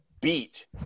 beat